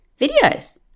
videos